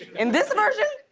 in this version,